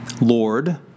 Lord